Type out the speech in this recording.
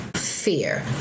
fear